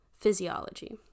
physiology